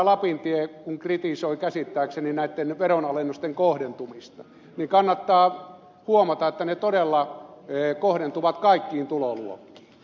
lapintie kritisoi käsittääkseni näitten veronalennusten kohdentumista niin kannattaa huomata että ne todella kohdentuvat kaikkiin tuloluokkiin